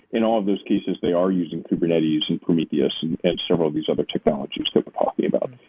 in all of those cases they are using kubernetes and prometheus and and several of these other technologies that we're talking about.